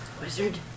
Wizard